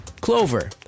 Clover